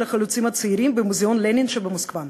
החלוצים הצעירים במוזיאון לנין שבמוסקבה.